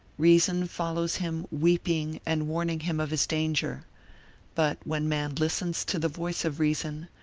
reason follows him weeping and warning him of his danger but when man listens to the voice of reason,